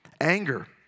Anger